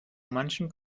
manchem